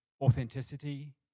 authenticity